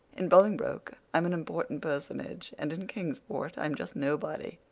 in bolingbroke i'm an important personage, and in kingsport i'm just nobody!